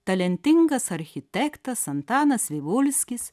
talentingas architektas antanas vivulskis